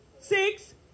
Six